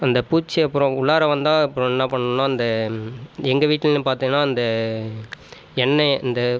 அந்த பூச்சி அப்புறம் உள்ளார வந்தால் அப்புறம் என்ன பண்ணும்ன்னால் அந்த எங்கள் வீட்டில்னு பார்த்தீங்கன்னா அந்த எண்ணெயை அந்த